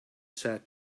said